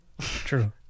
True